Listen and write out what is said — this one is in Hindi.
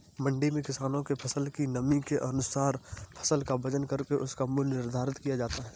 मंडी में किसानों के फसल की नमी के अनुसार फसल का वजन करके उसका मूल्य निर्धारित किया जाता है